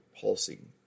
pulsing